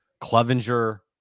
Clevenger